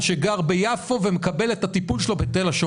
אז למה לתת להם